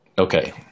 Okay